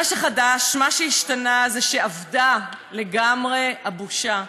מה שחדש, מה שהשתנה, זה שאבדה לגמרי הבושה.